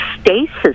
stasis